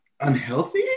unhealthy